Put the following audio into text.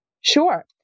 Sure